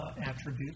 attributes